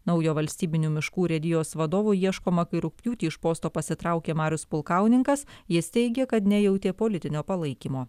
naujo valstybinių miškų urėdijos vadovo ieškoma kai rugpjūtį iš posto pasitraukė marius pulkauninkas jis teigia kad nejautė politinio palaikymo